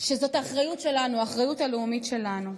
שזאת האחריות שלנו, האחריות הלאומית שלנו.